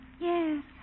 Yes